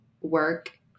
work